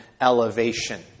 elevation